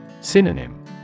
Synonym